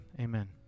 amen